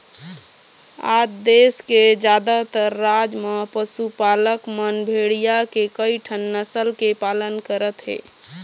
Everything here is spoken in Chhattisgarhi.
आज देश के जादातर राज म पशुपालक मन भेड़िया के कइठन नसल के पालन करत हे